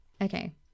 okay